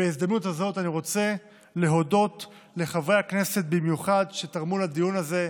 בהזדמנות הזאת אני רוצה להודות לחברי הכנסת שתרמו לדיון הזה,